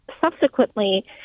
subsequently